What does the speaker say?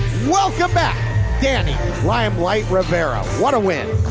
welcome back danny limelight rivera. what a win!